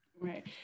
Right